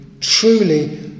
truly